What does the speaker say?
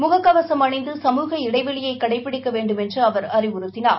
முக கவசம் அணிந்து சமூக இடைவெளியை கடைபிடிக்க வேண்டுமென்று அவர் அறிவுறுத்தினார்